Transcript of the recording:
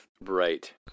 Right